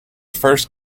first